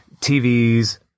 TVs